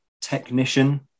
technician